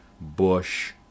Bush